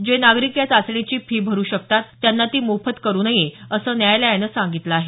जे नागरिक या चाचणीची फी भरु शकतात त्यांना ती मोफत करु नये असं न्यायालयानं सांगितलं आहे